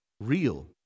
real